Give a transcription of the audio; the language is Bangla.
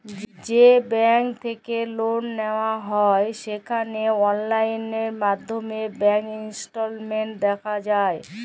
যে ব্যাংক থ্যাইকে লল লিয়া হ্যয় সেখালে অললাইল মাইধ্যমে ব্যাংক ইস্টেটমেল্ট দ্যাখা যায়